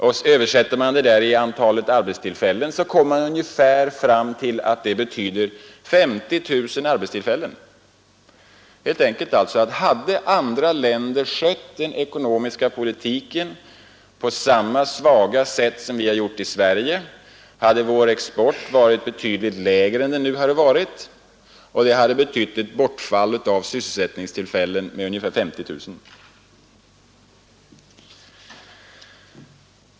Och översätter man det i antalet arbetstillfällen kommer man ungefär fram till att det betyder 50 000 arbetstillfällen. Om alltså andra länder hade skött sin ekonomiska politik på samma svaga sätt som vi har gjort här i Sverige, så hade vår export varit betydligt lägre än den har blivit, och det hade som sagt betytt ett bortfall av sysselsättningstillfällen på ungefär 50 000.